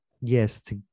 yes